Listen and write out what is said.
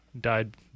died